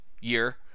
year